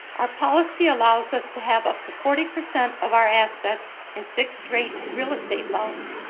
our policy allows us to have up to forty percent of our assets in fixed-rate real estate loans.